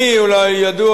אולי ידוע